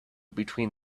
between